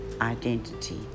identity